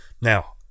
Now